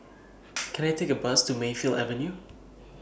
Can I Take A Bus to Mayfield Avenue